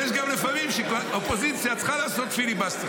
יש גם לפעמים שאופוזיציה צריכה לעשות פיליבסטר,